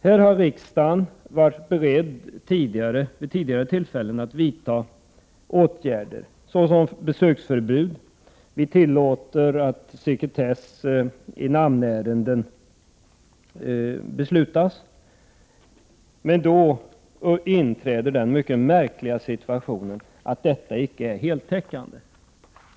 Här har riksdagen vid tidigare tillfällen varit beredd att vidta åtgärder såsom besöksförbud och att tillåta beslut om sekretess i namnärenden, men då inträder den mycket märkliga situationen att detta icke är heltäckande.